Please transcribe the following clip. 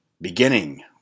beginning